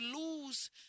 lose